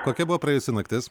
kokia buvo praėjusi naktis